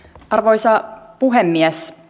arvoisa puhemies